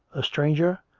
a stranger,